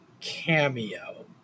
cameo